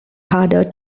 harder